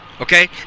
Okay